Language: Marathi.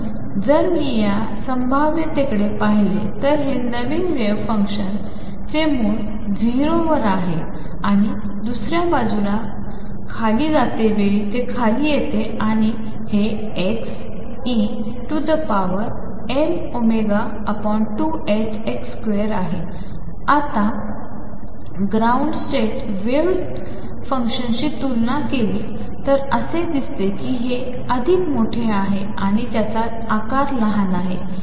म्हणून जर मी या संभाव्यतेकडे पाहिले तर हे नवीन वेव्ह फंक्शनचे मूळ 0 वर आहे आणि दुसर्या बाजूला खाली ते खाली येते आणि हे xe mω2ℏx2 आहे आता ग्राउंड स्टेट वेव्ह फंक्शनशी तुलना केली असे दिसते कि हे अधिक मोठे आहे आणि त्याचा आकार लहान आहे